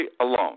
alone